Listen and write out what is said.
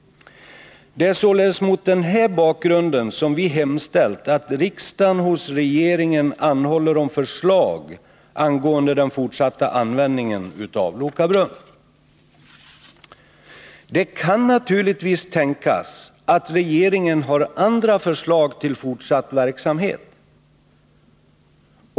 Det är mot denna bakgrund som vi har hemställt att riksdagen hos regeringen anhåller om förslag angående den fortsatta användningen av Loka brunn. Det kan naturligtvis tänkas att regeringen har andra förslag till fortsatt verksamhet.